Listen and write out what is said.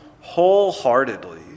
wholeheartedly